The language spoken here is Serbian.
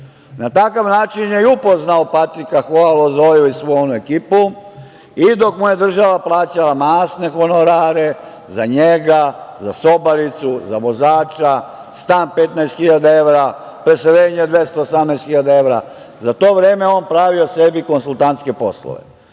Na takav način je i upoznao Patrika Hoa i svu onu ekipu i dok mu je država plaćala masne honorare, za njega, za sobaricu, za vozača, stan 15.000 evra, preseljenje od 218.000 evra, za to vreme on je pravio sebi konsultantske poslove